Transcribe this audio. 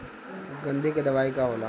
गंधी के दवाई का होला?